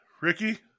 Ricky